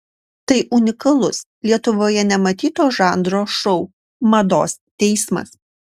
tai unikalus lietuvoje nematyto žanro šou mados teismas